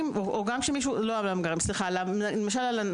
למשל,